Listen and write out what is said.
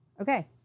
Okay